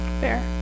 Fair